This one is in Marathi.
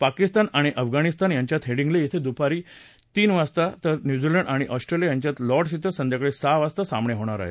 पाकिस्तान आणि अफगाणिस्तान यांच्यात हेडिंग्ले क्रिं दुपारी तीन वाजता तर न्युझीलंड आणि ऑस्ट्रेलिया यांच्यात लॉर्डस ध्व संध्याकाळी सहा वाजता सामना होणार आहे